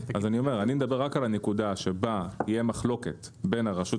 על הנקודה שבה יש מחלוקת בין הרשות